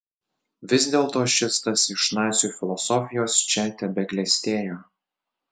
vis dėlto šis tas iš nacių filosofijos čia tebeklestėjo